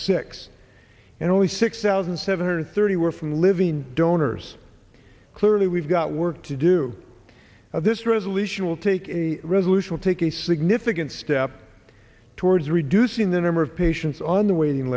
six and only six thousand seven hundred thirty were from living donors clearly we've got work to do of this resolution will take a resolution will take a significant step towards reducing the number of patients on the waiting